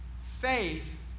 Faith